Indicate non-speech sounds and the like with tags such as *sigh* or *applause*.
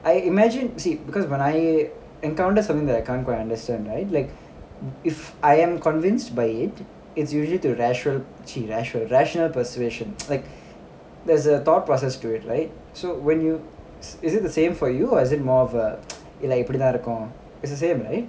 I imagine you see because when I encounter something that I can't quite understand right like if I am convinced by it it's usually to rati~ ch~ ratio~ rational persuasion *noise* like there's a thought process to it right so when you is it the same for you or is it more of a *noise* இல்லஇப்படிதான்இருக்கும்:illa ippaditha irukkum it's the same right